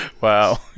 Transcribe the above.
Wow